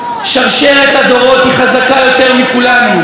שרשרת הדורות היא חזקה יותר מכולנו.